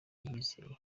yiyizera